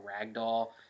ragdoll